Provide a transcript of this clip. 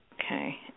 Okay